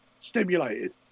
stimulated